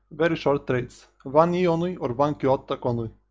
very short trades, one e only, or one q aa only,